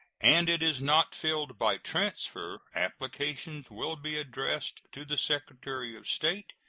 and it is not filled by transfer, applications will be addressed to the secretary of state,